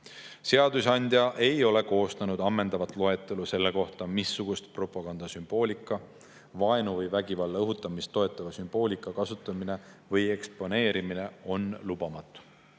Seadusandja ei ole koostanud ammendavat loetelu selle kohta, missuguse propaganda sümboolika, vaenu või vägivalla õhutamist toetava sümboolika kasutamine või eksponeerimine on lubamatu.